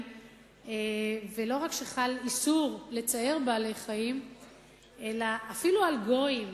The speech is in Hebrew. ולא רק שחל איסור לצער בעלי-חיים אלא אפילו על גויים,